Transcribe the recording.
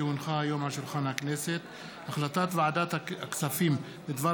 כי הונחה היום על שולחן הכנסת החלטת ועדת הכספים בדבר